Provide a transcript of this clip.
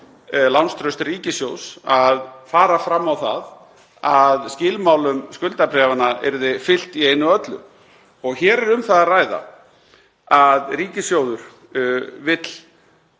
lánstraust ríkissjóðs að fara fram á það að skilmálum skuldabréfanna yrði fylgt í einu og öllu. Hér er um það að ræða að ríkissjóður vill